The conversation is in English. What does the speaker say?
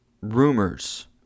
rumors